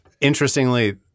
interestingly